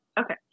Okay